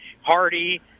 Hardy